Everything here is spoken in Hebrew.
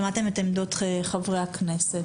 שמעתם את עמדות חברי הכנסת.